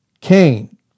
Cain